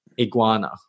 iguana